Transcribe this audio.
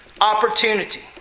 opportunity